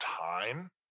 time